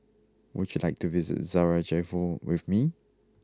would you like to visit Sarajevo with me